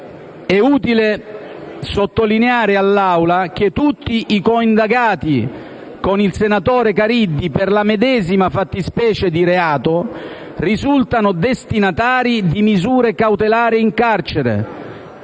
è utile sottolineare all'Assemblea che tutti i coindagati con il senatore Caridi per la medesima fattispecie di reato risultano destinatari di misure cautelari in carcere,